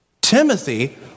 Timothy